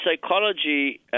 psychology